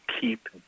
keep